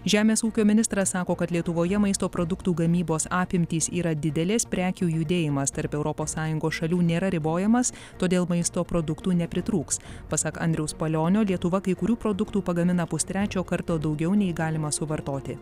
žemės ūkio ministras sako kad lietuvoje maisto produktų gamybos apimtys yra didelės prekių judėjimas tarp europos sąjungos šalių nėra ribojamas todėl maisto produktų nepritrūks pasak andriaus palionio lietuva kai kurių produktų pagamina pustrečio karto daugiau nei galima suvartoti